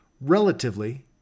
relatively